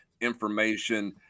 information